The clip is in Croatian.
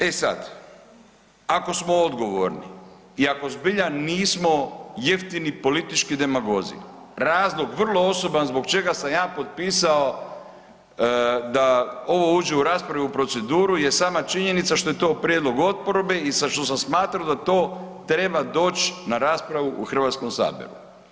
E sad, ako smo odgovorni i ako zbilja nismo jeftini politički demagozi razlog vrlo osoban zbog čega sam ja potpisao da ovo uđe u raspravu i u proceduru je sama činjenica što je to prijedlog oporbe i što sam smatrao da to treba doći na raspravu u Hrvatskom saboru.